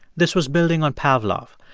this was building on pavlov.